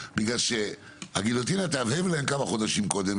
בגלל שהגיליוטינה תהבהב להם כמה חודשים קודם,